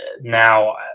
now